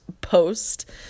post